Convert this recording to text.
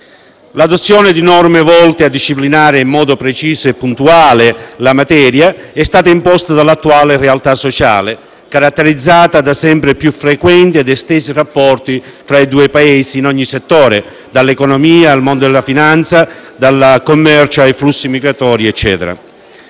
L'adozione di norme volte a disciplinare in modo preciso e puntuale la materia è stata imposta dall'attuale realtà sociale, caratterizzata da sempre più frequenti ed estesi rapporti tra i due Paesi in ogni settore: dall'economia al mondo della finanza, al commercio, ai flussi migratori.